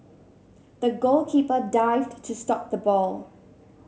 the goalkeeper dived to stop the ball